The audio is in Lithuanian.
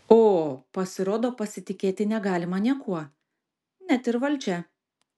o pasirodo pasitikėti negalima niekuo net ir valdžia